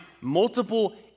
multiple